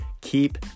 keep